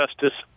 justice